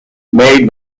made